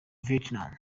vietnam